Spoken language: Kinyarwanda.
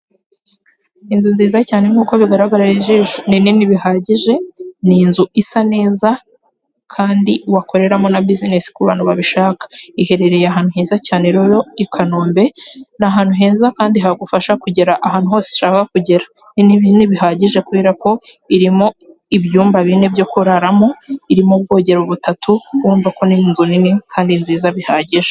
Inyubako igaragara nk'ishuri mbere yayo hamanitse idarapo rigihugu cy'u Rwanda hanze y'ikigo hari umuntu mu muhanda ufite igitabo mu ntoki ugenda yihuta ageze hafi y'icyapa.